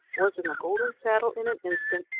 was in the golden saddle in an instant,